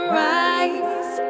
rise